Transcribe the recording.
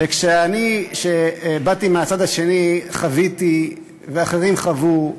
וכשאני שבאתי מהצד השני, חוויתי ואחרים חוו,